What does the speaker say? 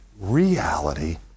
reality